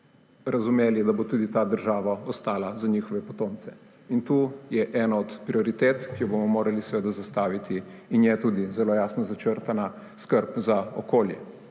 razumeli, da bo tudi ta država ostala za njihove potomce. Tu je ena od prioritet, ki jo bomo morali zastaviti in je tudi zelo jasno začrtana, skrb za okolje.